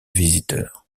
visiteurs